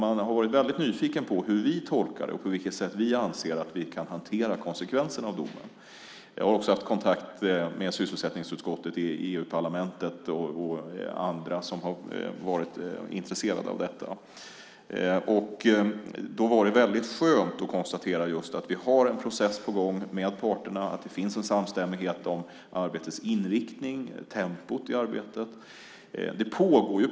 Man har varit väldigt nyfiken på hur vi tolkar det här och på vilket sätt vi anser att vi kan hantera konsekvenserna av domen. Jag har också haft kontakt med sysselsättningsutskottet i EU-parlamentet och andra som har varit intresserade av detta. Då är det väldigt skönt att konstatera just att vi har en process på gång med parterna, att det finns en samstämmighet om arbetets inriktning och tempot i arbetet.